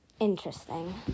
interesting